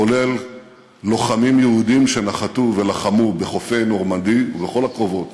כולל לוחמים יהודים שנחתו ולחמו בחופי נורמנדי ובכל הקרבות